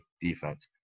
defense